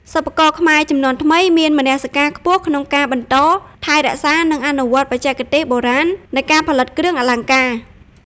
សិប្បករខ្មែរជំនាន់ថ្មី មានមនសិការខ្ពស់ក្នុងការបន្ត ថែរក្សា និងអនុវត្តបច្ចេកទេសបុរាណ នៃការផលិតគ្រឿងអលង្ការ។